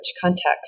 context